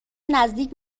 نزدیک